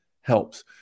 helps